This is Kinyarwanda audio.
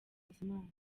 bizimana